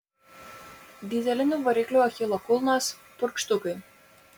dyzelinių variklių achilo kulnas purkštukai